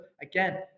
again